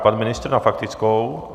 Pan ministr na faktickou.